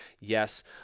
Yes